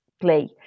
play